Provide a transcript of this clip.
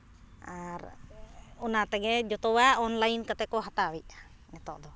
ᱟᱨ ᱚᱱᱟ ᱛᱮᱜᱮ ᱡᱚᱛᱚᱣᱟᱜ ᱚᱱᱞᱟᱭᱤᱱ ᱠᱚᱛᱮ ᱠᱚ ᱦᱟᱛᱟᱣᱮᱫᱼᱟ